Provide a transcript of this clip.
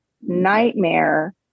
nightmare